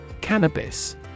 Cannabis